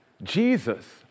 Jesus